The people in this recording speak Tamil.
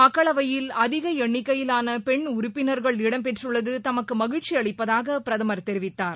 மக்களவையில் அதிக எண்ணிக்கையிலாள பென் உறுப்பினர்கள் இடம் பெற்றுள்ளது தமக்கு மகிழ்ச்சி அளிப்பதாக பிரதமர் தெரிவித்தார்